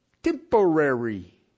temporary